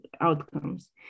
outcomes